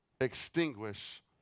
extinguish